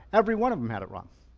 every one of them had it wrong.